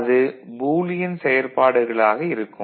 அது பூலியன் செயற்பாடுகளாக இருக்கும்